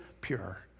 pure